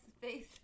Face